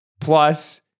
Plus